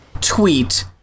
tweet